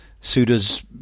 Suda's